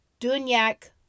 dunyak